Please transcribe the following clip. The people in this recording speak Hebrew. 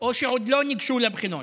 או שעוד לא ניגשו לבחינות.